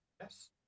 yes